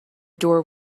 door